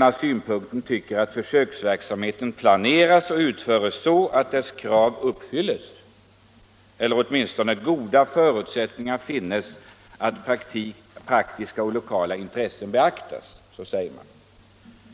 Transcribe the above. att utskottet anser att försöksverksamheten skall planeras och utföras så att dess krav uppfylles eller att åtminstone goda förutsättningar finnes att praktiska och lokala intressen beaktas.